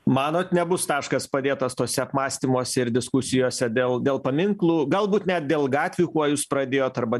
manot nebus taškas padėtas tuose apmąstymuose ir diskusijose dėl dėl paminklų galbūt net dėl gatvių kuo jūs pradėjot arba